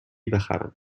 بخرم